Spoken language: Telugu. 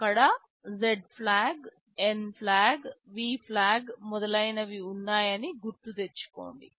అక్కడ Z flag N flag V flag మొదలైనవి ఉన్నాయని గుర్తు తెచ్చుకోండి